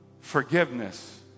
Forgiveness